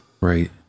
Right